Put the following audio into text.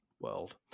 world